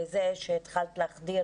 בזה שהתחלת להחדיר